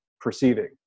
perceiving